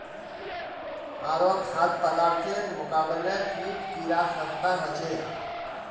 आरो खाद्य पदार्थेर मुकाबले कीट कीडा सस्ता ह छे